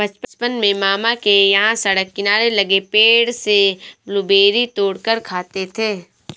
बचपन में मामा के यहां सड़क किनारे लगे पेड़ से ब्लूबेरी तोड़ कर खाते थे